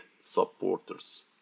supporters